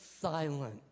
silent